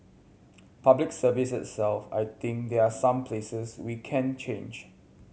Public Service itself I think there are places where we can change